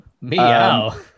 Meow